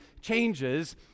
changes